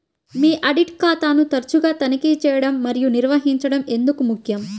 మీ audit ఖాతాను తరచుగా తనిఖీ చేయడం మరియు నిర్వహించడం ఎందుకు ముఖ్యం?